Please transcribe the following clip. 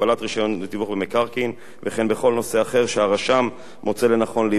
לתיווך במקרקעין וכן בכל נושא אחר שהרשם מוצא לנכון להיוועץ בו.